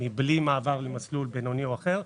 מבלי מעבר למסלול בינוני או אחר,